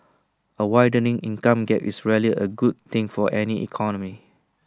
A widening income gap is rarely A good thing for any economy